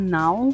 now